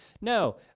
No